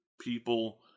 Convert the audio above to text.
people